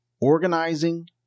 organizing